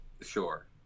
Sure